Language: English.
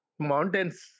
Mountains